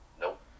Nope